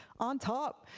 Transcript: on top.